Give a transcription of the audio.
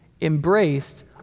embraced